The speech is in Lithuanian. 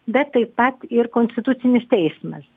bet taip pat ir konstitucinis teismas